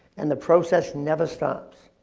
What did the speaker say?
and the process never stops.